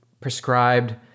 prescribed